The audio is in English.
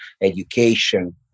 education